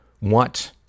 What